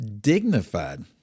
dignified